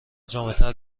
جامعتر